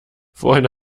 vorhin